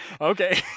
Okay